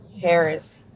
Harris